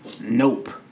Nope